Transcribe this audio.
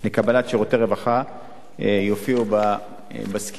לקבל שירותי רווחה יופיעו בסקירה.